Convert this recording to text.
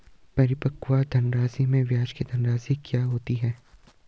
परिपक्व धनराशि में ब्याज की धनराशि क्या होती है?